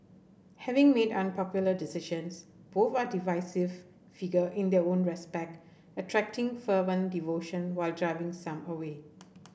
having made unpopular decisions both are divisive figure in their own respect attracting fervent devotion while driving some away